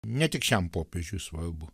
ne tik šiam popiežiui svarbu